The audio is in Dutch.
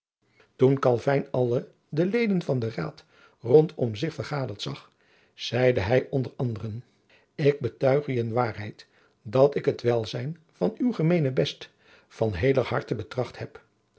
calvyn alle de leden van den raad rondom zich vergaderd zag zeide hij onder anderen ik betuig u in waarheid dat ik het welzijn van uw gemeenebest van heeler harte betracht heb